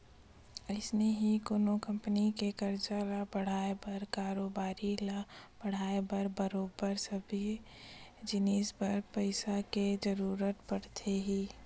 अइसने ही कोनो कंपनी के कारज ल बड़हाय बर कारोबारी ल बड़हाय बर बरोबर सबे जिनिस बर पइसा के जरुरत पड़थे ही